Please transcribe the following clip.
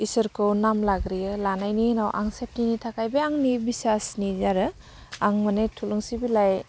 इसोरखौ नाम लाग्रोयो लानायनि उनाव आं सेफ्तिनि थाखाय बे आंनि बिसासनि आरो आं माने थुलुंसि बिलाइ